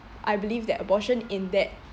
I believe that abortion in that